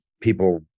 people